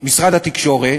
משרד התקשורת,